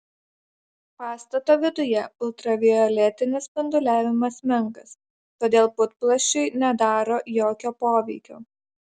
pastato viduje ultravioletinis spinduliavimas menkas todėl putplasčiui nedaro jokio poveikio